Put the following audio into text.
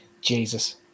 Jesus